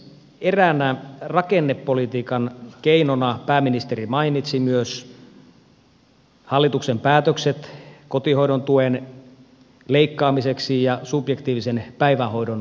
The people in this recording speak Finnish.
eräänä rakennepolitiikan keinona pääministeri mainitsi myös hallituksen päätökset kotihoidon tuen leikkaamiseksi ja subjektiivisen päivähoidon rajaamiseksi